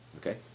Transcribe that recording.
Okay